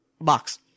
box